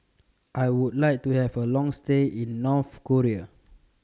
I Would like to Have A Long stay in North Korea